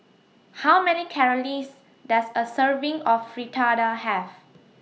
How Many Calories Does A Serving of Fritada Have